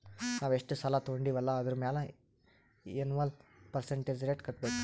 ನಾವ್ ಎಷ್ಟ ಸಾಲಾ ತೊಂಡಿವ್ ಅಲ್ಲಾ ಅದುರ್ ಮ್ಯಾಲ ಎನ್ವಲ್ ಪರ್ಸಂಟೇಜ್ ರೇಟ್ ಕಟ್ಟಬೇಕ್